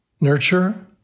nurture